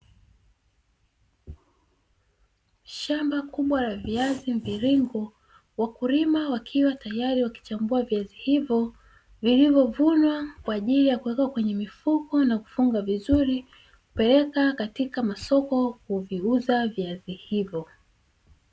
Shamba kubwa la viazi mviringo, wakulima wakiwa tayari wakichambua kwa ajili ya kuweka kwenye mifuko na kufungwa vizuri. Tayari kwa kuvipeleka kwenye masoko kuviuza viazi hivyo.